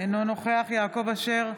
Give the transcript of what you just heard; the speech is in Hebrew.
אינו נוכח יעקב אשר,